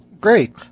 great